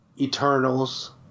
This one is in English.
Eternals